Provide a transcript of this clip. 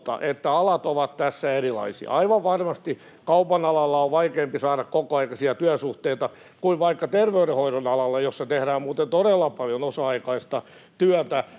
että alat ovat tässä erilaisia. Aivan varmasti kaupan alalla on vaikeampi saada kokoaikaisia työsuhteita kuin vaikka terveydenhoidon alalla, jossa tehdään muuten todella paljon osa-aikaista työtä,